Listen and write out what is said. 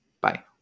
Bye